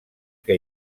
que